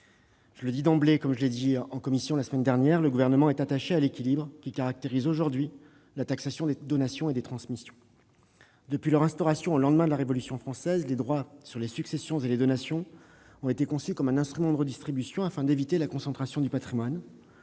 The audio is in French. je le dis d'emblée, comme je l'ai dit en commission la semaine dernière : le Gouvernement est attaché à l'équilibre qui caractérise aujourd'hui la taxation des donations et des transmissions. Depuis leur instauration, au lendemain de la Révolution française, les droits sur les successions et les donations ont été conçus comme un instrument de redistribution afin d'éviter la concentration du patrimoine.